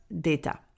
data